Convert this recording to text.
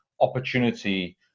opportunity